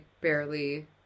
barely